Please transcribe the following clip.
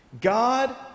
God